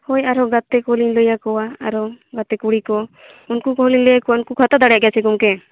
ᱦᱳᱭ ᱟᱨ ᱦᱚᱸ ᱜᱟᱛᱮ ᱠᱩᱞᱤᱧ ᱞᱟᱹᱭ ᱟᱠᱚᱣᱟ ᱟᱨᱚ ᱜᱟᱛᱮ ᱠᱩᱲᱤ ᱠᱚ ᱩᱱᱠᱩ ᱠᱚᱦᱚᱸ ᱞᱤᱧ ᱞᱟᱹᱭ ᱟᱠᱚᱣᱟ ᱩᱱᱠᱩ ᱠᱚᱦᱚᱸ ᱠᱚ ᱫᱟᱲᱮᱭᱟᱜ ᱜᱮᱭᱟ ᱛᱚ ᱜᱚᱢᱠᱮ